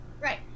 Right